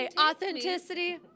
authenticity